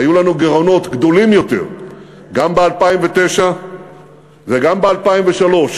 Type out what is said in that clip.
היו לנו גירעונות גדולים יותר גם ב-2009 וגם ב-2003,